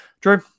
Drew